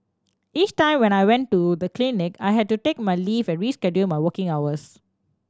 each time when I went to the clinic I had to take my leave and reschedule my working hours